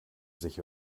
sich